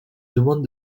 demande